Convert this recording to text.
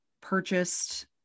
purchased